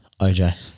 OJ